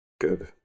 Good